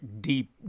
deep